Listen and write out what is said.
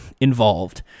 involved